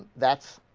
that's